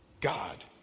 God